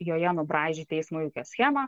joje nubraižyti eismo įvykio schemą